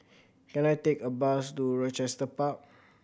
can I take a bus to Rochester Park